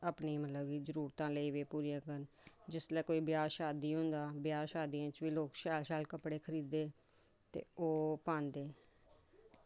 अपनियां मतलब कि जरूरतां लग्गी पे पूरियां करन जिसलै कोई ब्याह् शादी होंदा ब्याह् शादियाे च बू लोक शैल शैल कपड़े खरीददे ते ओह् पांदे